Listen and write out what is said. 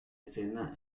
escena